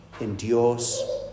endures